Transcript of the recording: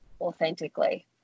authentically